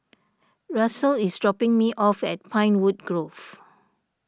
Russell is dropping me off at Pinewood Grove